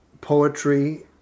poetry